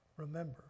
Remember